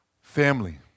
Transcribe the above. Family